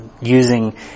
using